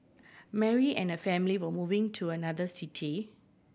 Mary and her family were moving to another city